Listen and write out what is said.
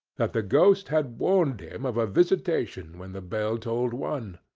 that the ghost had warned him of a visitation when the bell tolled one.